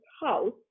house